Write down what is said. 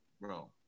Bro